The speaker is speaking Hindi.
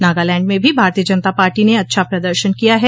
नागालैंड में भी भारतीय जनता पार्टी ने अच्छा प्रदर्शन किया है